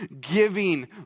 giving